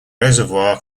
reservoir